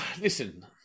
listen